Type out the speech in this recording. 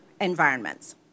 environments